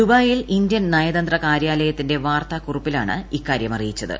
ദുബായിലെ ഇന്ത്യൻ നയതന്ത്ര കാര്യാലയത്തിന്റെ വാർത്താക്കുറിപ്പിലാണ് ഇക്കാര്യം അറിയിച്ചത്